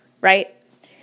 right